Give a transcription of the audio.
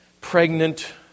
pregnant